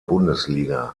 bundesliga